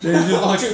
then 你就